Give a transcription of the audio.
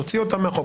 תוציא אותם מהחוק,